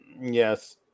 Yes